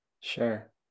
Sure